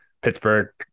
Pittsburgh